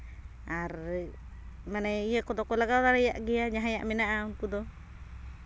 ᱟᱨ ᱢᱟᱱᱮ ᱤᱭᱟᱹ ᱠᱚᱫᱚ ᱠᱚ ᱞᱟᱜᱟᱣ ᱫᱟᱲᱮᱭᱟᱜ ᱜᱮᱭᱟ ᱡᱟᱦᱟᱸᱭᱟᱜ ᱢᱮᱱᱟᱜᱼᱟ ᱩᱱᱠᱩ ᱫᱚ